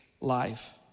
life